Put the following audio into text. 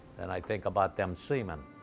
then i think about them seamen.